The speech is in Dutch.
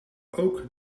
ook